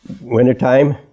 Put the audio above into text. Wintertime